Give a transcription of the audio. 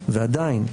ועדיין,